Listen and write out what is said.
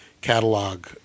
catalog